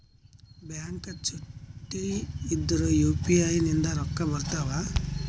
Bank ಚುಟ್ಟಿ ಇದ್ರೂ UPI ನಿಂದ ರೊಕ್ಕ ಬರ್ತಾವಾ?